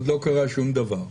עוד לא קרה שום דבר.